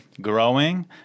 growing